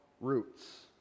roots